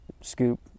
scoop